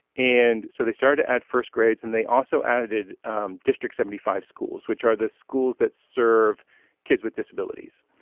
and so they started at first grades and they also added district seventy five schools which are the schools that serve kids with disabilities.